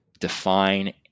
define